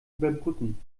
überbrücken